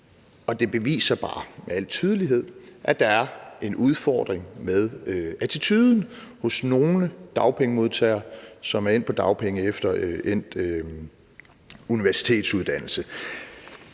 Det beviser bare med al tydelighed, at der er en udfordring med attituden hos nogle dagpengemodtagere, som er endt på dagpenge efter endt universitetsuddannelse.